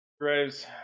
Graves